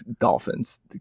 dolphins